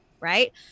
right